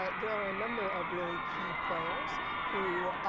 ah there are a number of really key players who